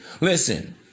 Listen